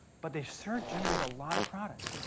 but they sure generate a lot of products.